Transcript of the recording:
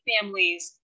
families